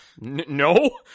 No